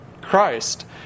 Christ